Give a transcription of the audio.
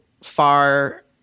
far